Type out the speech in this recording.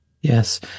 Yes